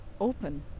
open